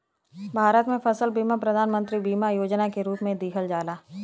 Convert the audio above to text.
भारत में फसल बीमा प्रधान मंत्री बीमा योजना के रूप में दिहल जाला